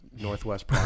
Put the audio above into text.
Northwest